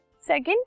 Second